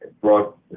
brought